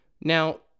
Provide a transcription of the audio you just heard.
Now